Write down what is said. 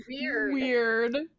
weird